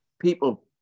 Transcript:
people